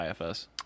IFS